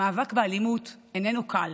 המאבק באלימות איננו קל.